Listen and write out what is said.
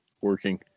working